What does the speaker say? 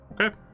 Okay